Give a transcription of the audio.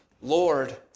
Lord